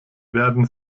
werden